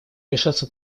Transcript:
решаться